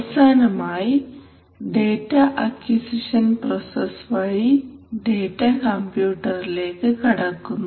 അവസാനമായി data acquisition process വഴി data കമ്പ്യൂട്ടറിലേക്ക് കടക്കുന്നു